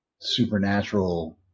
supernatural